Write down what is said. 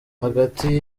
hagati